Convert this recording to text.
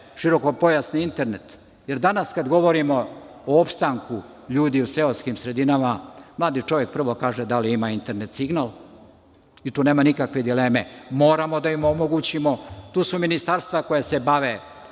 širokopojasni internet jer danas kada govorimo o opstanku ljudi u seoskim sredinama, mladi čovek prvo kaže – da li ima internet signal i tu nema nikakve dileme. Moramo da im omogućimo. Tu su ministarstva koja se bave,